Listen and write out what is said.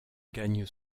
gagne